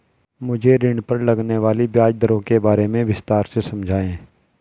मुझे ऋण पर लगने वाली ब्याज दरों के बारे में विस्तार से समझाएं